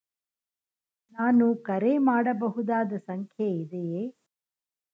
ನಾನು ಕರೆ ಮಾಡಬಹುದಾದ ಸಂಖ್ಯೆ ಇದೆಯೇ?